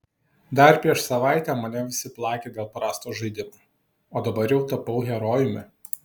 dar prieš savaitę mane visi plakė dėl prasto žaidimo o dabar jau tapau herojumi